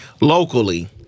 Locally